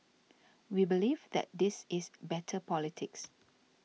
we believe that this is better politics